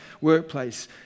workplace